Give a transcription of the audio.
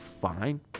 fine